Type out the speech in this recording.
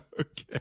Okay